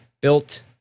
built